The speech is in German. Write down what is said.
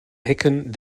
hecken